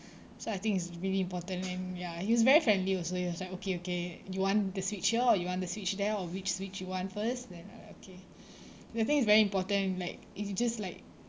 so I think it's really important and ya he was very friendly also he was like okay okay you want the switch here or you want the switch there or which switch you one first then I like okay I think is very important like it's he just like